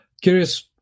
curious